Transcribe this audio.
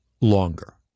longer